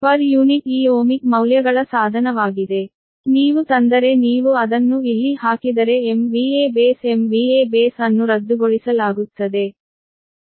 ಆದ್ದರಿಂದ ನೀವು ತಂದರೆ ನೀವು ಅದನ್ನು ಇಲ್ಲಿ ಹಾಕಿದರೆ MVA ಬೇಸ್ MVA ಬೇಸ್ ಅನ್ನು ರದ್ದುಗೊಳಿಸಲಾಗುತ್ತದೆ